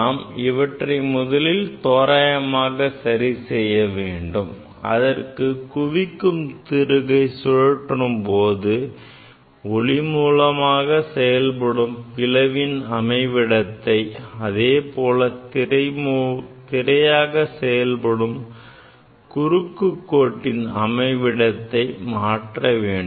நாம் இவற்றை முதலில் தோராயமாக சரி செய்யவேண்டும் அதற்கு குவிக்கும் திருகை சுழற்றும் போது ஒளி மூலமாக செயல்படும் பிளவின் அமைவிடத்தையும் அதேபோல திரையாக செயல்படும் குறுக்குக் கோட்டின் அமைவிடத்தை மாற்ற வேண்டும்